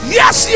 yes